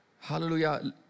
Hallelujah